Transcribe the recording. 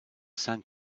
sand